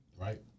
right